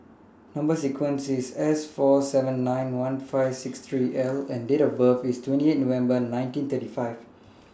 Number sequence IS S four seven nine one five six three L and Date of birth IS twenty eight November nineteen thirty five